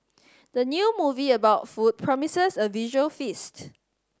the new movie about food promises a visual feast